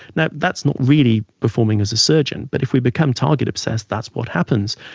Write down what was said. now that's not really performing as a surgeon, but if we become target-obsessed, that's what happens.